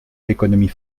l’économie